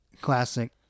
classic